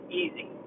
easy